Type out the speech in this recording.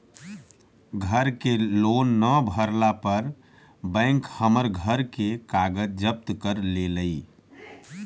घर के लोन न भरला पर बैंक हमर घर के कागज जब्त कर लेलई